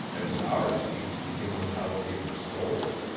as ours teach the immortality of the soul.